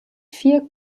vier